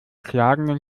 schlagenden